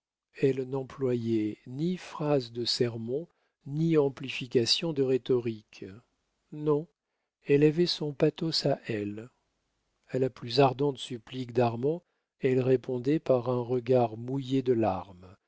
elle n'employait ni phrases de sermon ni amplifications de rhétorique non elle avait son pathos à elle a la plus ardente supplique d'armand elle répondait par un regard mouillé de larmes